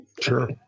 Sure